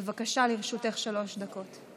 בבקשה, לרשותך שלוש דקות.